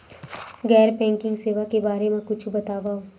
गैर बैंकिंग सेवा के बारे म कुछु बतावव?